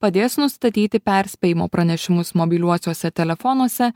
padės nustatyti perspėjimo pranešimus mobiliuosiuose telefonuose